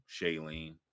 Shailene